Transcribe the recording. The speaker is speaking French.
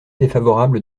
défavorable